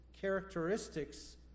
characteristics